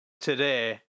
today